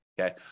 okay